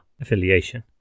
affiliation